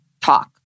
talk